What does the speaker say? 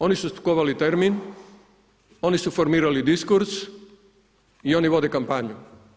Oni su skovali termin, oni su formirali diskurs i oni vode kampanju.